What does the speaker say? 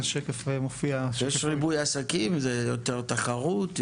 כשיש ריבוי עסקים יש יותר תחרות,